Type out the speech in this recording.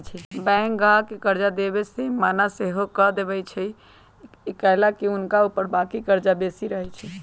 bank गाहक के कर्जा देबऐ से मना सएहो कऽ देएय छइ कएलाकि हुनका ऊपर बाकी कर्जा बेशी रहै छइ